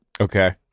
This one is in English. Okay